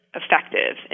effective